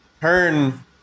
turn